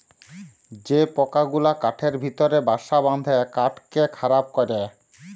যে পকা গুলা কাঠের ভিতরে বাসা বাঁধে কাঠকে খারাপ ক্যরে